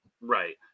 Right